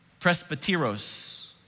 presbyteros